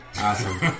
Awesome